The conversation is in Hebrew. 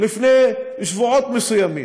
לפני שבועות מסוימים.